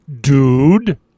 dude